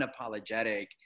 unapologetic